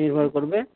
নির্ভর করবে